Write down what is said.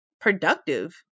productive